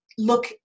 look